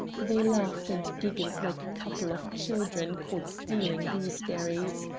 they laughed and giggled like a couple of children caught stealing gooseberries.